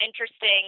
interesting